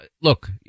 look